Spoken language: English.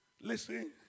Listen